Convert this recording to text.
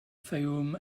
fayoum